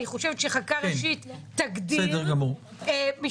אני חושבת שחקיקה ראשית תגדיר "משטרה",